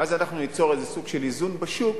ואז אנחנו ניצור איזה סוג של איזון בשוק,